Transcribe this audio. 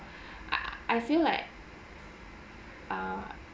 I feel like err